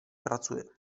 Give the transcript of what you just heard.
pracuje